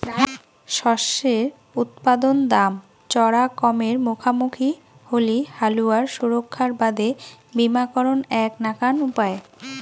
শস্যের উৎপাদন দাম চরা কমের মুখামুখি হলি হালুয়ার সুরক্ষার বাদে বীমাকরণ এ্যাক নাকান উপায়